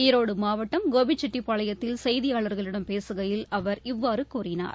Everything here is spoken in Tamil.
ஈரோடு மாவட்டம் கோபிச்செட்டிப்பாளையத்தில் செய்தியாளர்களிடம் பேசுகையில் அவர் இவ்வாறு கூறினார்